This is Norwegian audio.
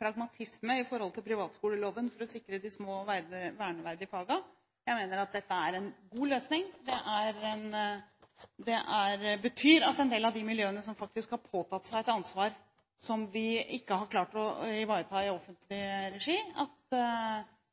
pragmatisme i forhold til privatskoleloven for å sikre de små, verneverdige fagene. Jeg mener dette er en god løsning. Det betyr at vi for en del av de miljøene som faktisk har påtatt seg et ansvar som vi ikke har klart å ivareta i